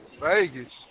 Vegas